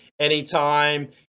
anytime